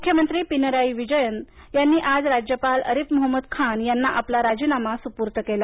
मुख्यमंत्री पिनराई विजयन यांनी आज राज्यपाल आरिफ मोहंमद खान यांना आपला राजीनामा सुपूर्त केला